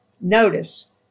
notice